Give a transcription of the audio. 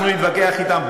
אנחנו נתווכח אתם,